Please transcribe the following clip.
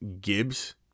Gibbs